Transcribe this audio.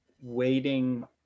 waiting